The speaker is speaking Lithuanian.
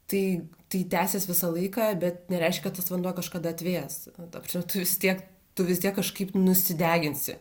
tai tai tęsis visą laiką bet nereiškia kad tas vanduo kažkada atvės ta prasme tu vis tiek tu vis tiek kažkaip nusideginsi